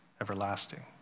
everlasting